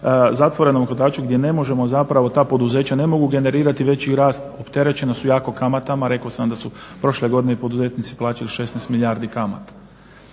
zatvorenome kotaču gdje ne možemo zapravo, ta poduzeća ne mogu generirati veći rast, opterećena su jako kamatama. Rekao sam da su prošle godine poduzetnici plaćali 16 milijardi kamata.